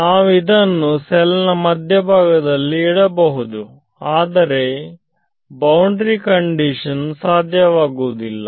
ನಾವು ಇದನ್ನು ಸೆಲ್ ನ ಮಧ್ಯಭಾಗದಲ್ಲಿ ಇಡಬಹುದು ಆದರೆ ಬೌಂಡರಿ ಕಂಡೀಶನ್ ಸಾಧ್ಯವಾಗುವುದಿಲ್ಲ